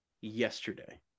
yesterday